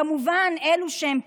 כמו שאת אמרת,